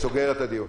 הישיבה נעולה.